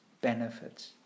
benefits